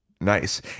Nice